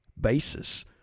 basis